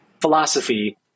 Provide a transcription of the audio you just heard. philosophy